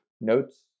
notes